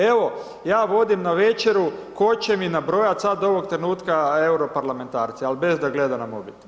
Evo, ja vodim na večeru, tko će mi nabrojati sad ovog trenutka europarlamentarce ali bez da gleda na mobitel?